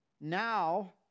Now